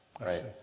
Right